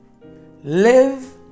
Live